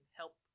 help